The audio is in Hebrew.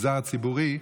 במגזר הציבורי.